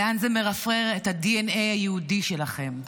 לאן זה מרפרר את הדנ"א היהודי שלנו שלכם,